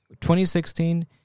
2016